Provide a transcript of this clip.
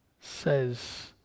says